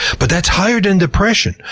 but that's higher than depression,